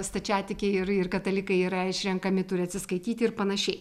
stačiatikiai ir ir katalikai yra išrenkami turi atsiskaityti ir panašiai